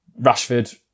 Rashford